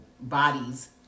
bodies